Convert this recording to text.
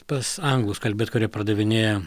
pas anglus kalbėt kurie pardavinėja